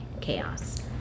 chaos